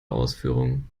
ausführungen